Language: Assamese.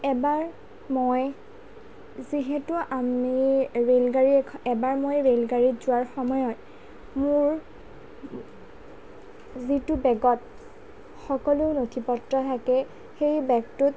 এবাৰ মই যিহেতু আমি ৰেলগাড়ী এখ এবাৰ মই ৰেলগাড়ীত যোৱাৰ সময়ত মোৰ যিটো বেগত সকলো নথি পত্ৰ থাকে সেই বেগটো